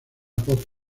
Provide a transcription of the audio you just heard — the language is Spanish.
pop